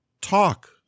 talk